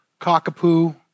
cockapoo